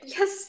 Yes